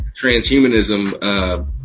transhumanism